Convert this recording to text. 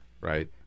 right